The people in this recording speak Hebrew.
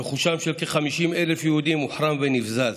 רכושם של כ-50,000 יהודים הוחרם ונבזז.